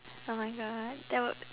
oh my god that would